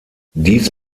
dies